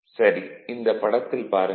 சரி இந்தப் படத்தில் பாருங்கள்